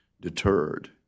deterred